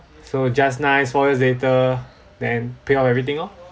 so just nice four years later then pay up everything lor